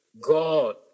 God